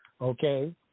Okay